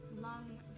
Long